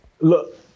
Look